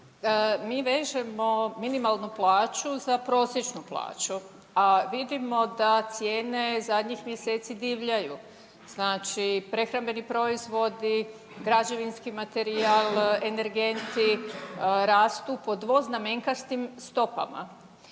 mi vežemo minimalnu plaću za prosječnu plaću, a vidimo da cijene zadnjih mjeseci divljaju. Znači prehrambeni proizvodi, građevinski materijal, energenti, rastu po dvoznamenkastim stopama.